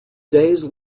days